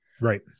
Right